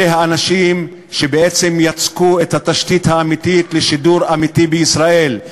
אלה האנשים שבעצם יצקו את התשתית האמיתית לשידור אמיתי בישראל,